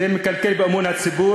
זה מקלקל את אמון הציבור,